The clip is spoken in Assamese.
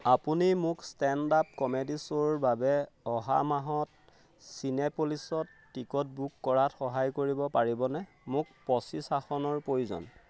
আপুনি মোক ষ্টেণ্ড আপ কমেডী শ্ব'ৰ বাবে অহা মাহত চিনেপোলিছত টিকট বুক কৰাত সহায় কৰিব পাৰিবনে মোক পঁচিছ আসনৰ প্ৰয়োজন